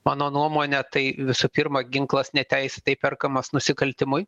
mano nuomone tai visų pirma ginklas neteisėtai perkamas nusikaltimui